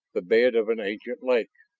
the bed of an ancient lake,